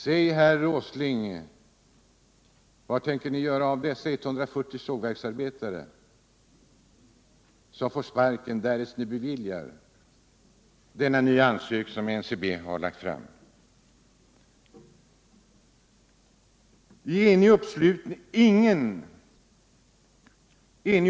Säg, herr Åsling, vad tänker ni göra av de 140 sågverksarbetare som får sparken om ni beviljar NCB:s nya ansökan?